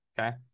okay